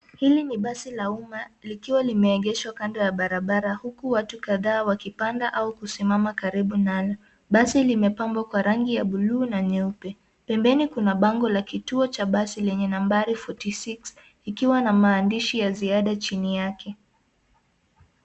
Hili ni basi la umma likiwa limeegeshwa kando ya barabara huku watu kadhaa wakipanda au kusimama karibu nalo. Basi limepambwa kwa rangi ya buluu na nyeupe. Pembeni kuna bango la kituo cha basi lenye nambari fourty six ikiwa na maandishi ya ziada chini yake.